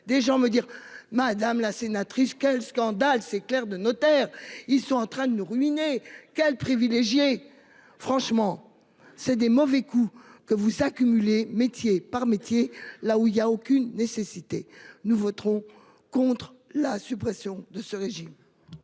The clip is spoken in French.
des gens me dire :« Madame la sénatrice, quel scandale ces clercs de notaire ! Ils sont en train de nous ruiner ! Quels privilégiés !» Franchement, vous accumulez les mauvais coups, métier par métier, là où il n'y a aucune nécessité ! Nous voterons contre la suppression de ce régime.